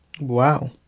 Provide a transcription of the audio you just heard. Wow